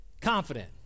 confident